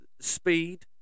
speed